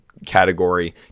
category